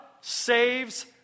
saves